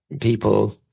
people